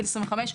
בגיל 25,